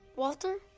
walter?